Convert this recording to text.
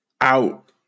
out